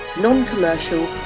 Non-Commercial